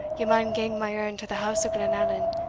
ye maun gang my errand to the house of glenallan,